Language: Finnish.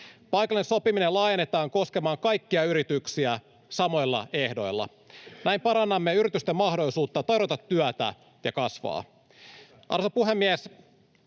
Paikallinen sopiminen laajennetaan koskemaan kaikkia yrityksiä samoilla ehdoilla. Näin parannamme yritysten mahdollisuutta tarjota työtä ja kasvaa. Arvoisa puhemies!